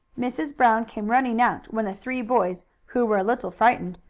mrs. brown came running out when the three boys, who were a little frightened,